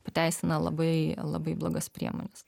pateisina labai labai blogas priemones